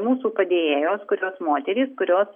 mūsų padėjėjos kurios moterys kurios